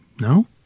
No